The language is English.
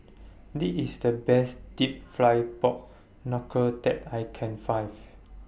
This IS The Best Deep Fried Pork Knuckle that I Can Find